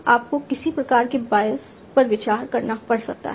आपको किसी प्रकार के बायस पर विचार करना पड़ सकता है